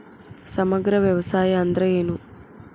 ಸಮಗ್ರ ವ್ಯವಸಾಯ ಅಂದ್ರ ಏನು?